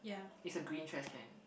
it's a green trashcan